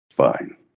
Fine